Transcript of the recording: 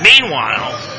Meanwhile